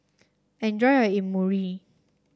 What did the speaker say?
enjoy your Imoni